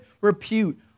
repute